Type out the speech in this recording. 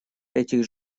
этих